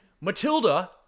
Matilda